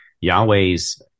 Yahweh's